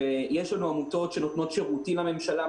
יש לנו עמותות שנותנות שירותים לממשלה,